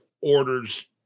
orders